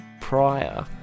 prior